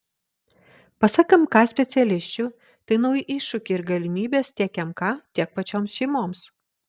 pasak mk specialisčių tai nauji iššūkiai ir galimybės tiek mk tiek pačioms šeimoms